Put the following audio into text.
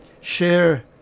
share